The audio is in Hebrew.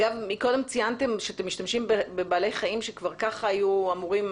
אגב מקודם ציינתם שאתם משתמשים בבעלי חיים שכבר ככה היו אמורים